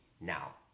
now